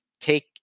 take